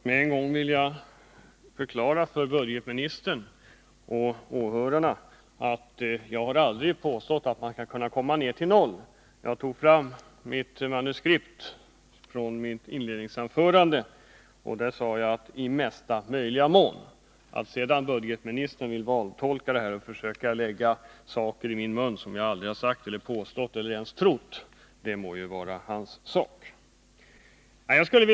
Herr talman! Jag vill med en gång förklara för budgetministern och åhörarna att jag aldrig har påstått att vi skall kunna få ned den ekonomiska brottsligheten till noll. Jag tog fram manuskriptet från mitt inledningsanförande, och där står det ”i mesta möjliga mån”. Att sedan budgetministern vill vantolka det och försöker lägga ord i min mun som jag aldrig har sagt må vara hans sak.